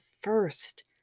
first